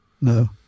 No